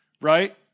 right